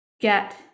get